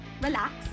relax